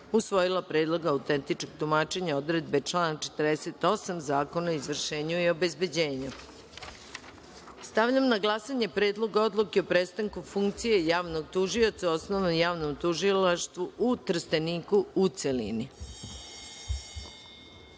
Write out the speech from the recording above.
usvojila Predlog autentičnog tumačenja odredbe člana 48. Zakona o izvršenju i obezbeđenju. Stavljam na glasanje Predlog odluke o prestanku funkcije javnog tužioca u Osnovnom javnom tužilaštvu u Trsteniku, u